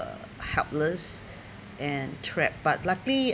helpless and trapped but luckily